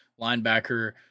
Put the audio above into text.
linebacker